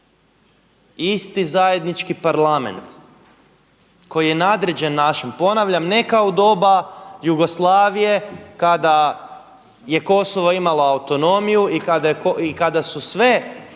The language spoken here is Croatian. isti zajednički parlament koji je nadređen našem, ponavljam ne kao u doba Jugoslavije kada je Kosovo imalo autonomiju i kada su sve